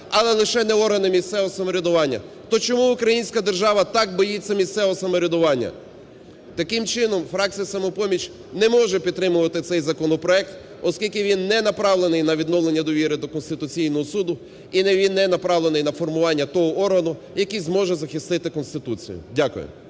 але лише не органи місцевого самоврядування. То чому українська держава так боїться місцевого самоврядування? Таким чином фракція "Самопоміч" не може підтримувати цей законопроект, оскільки він не направлений на відновлення довіри до Конституційного Суду і він не направлений на формування того органу, який зможе захистити Конституцію. Дякую.